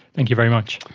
thank you very much.